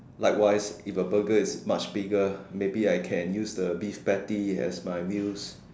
likewise if a Burger is much bigger maybe I can use the beef patties as my wheels